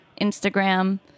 Instagram